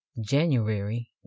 January